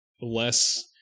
Less